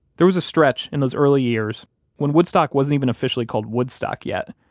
there was a stretch in those early years when woodstock wasn't even officially called woodstock yet.